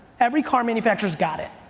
every car manufacturer's got it.